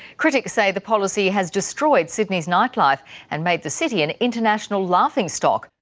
critics say the policy has destroyed sydney's nightlife and made the city an international laughing stock.